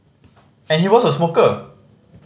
and he was a smoker